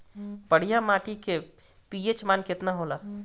बढ़िया माटी के पी.एच मान केतना होला?